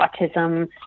autism